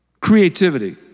creativity